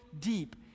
deep